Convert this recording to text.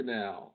now